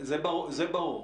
זה ברור.